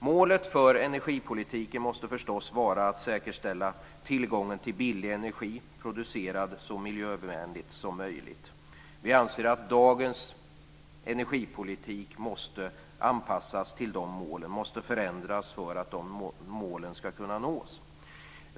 Målet för energipolitiken måste förstås vara att säkerställa tillgången till billig energi, producerad så miljövänligt som möjligt. Vi anser att dagens energipolitik måste förändras för att de målen ska kunna nås.